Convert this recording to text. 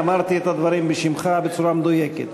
אני אמרתי את הדברים בשמך בצורה מדויקת,